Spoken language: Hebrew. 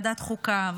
ועדת החוקה,